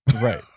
right